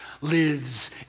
lives